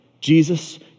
Jesus